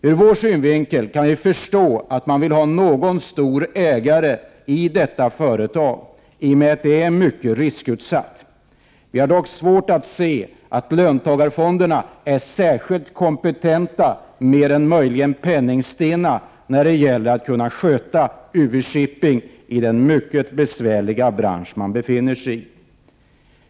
Ur vår synvinkel kan vi förstå att man vill ha någon stor ägare i detta företag, eftersom det är mycket riskutsatt. Vi har dock svårt att se att löntagarfonderna är särskilt kompetenta — mer än möjligen penningstinna — när det gäller att kunna sköta UV-Shipping i den mycket besvärliga bransch företaget befinner sig i.